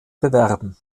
bewerben